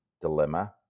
dilemma